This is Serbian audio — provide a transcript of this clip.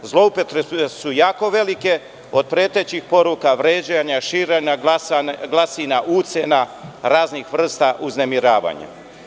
Zloupotrebe su jako velike, od pretećih poruka, vređanja, širenja glasina, ucena i raznih vrsta uznemiravanja.